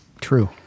True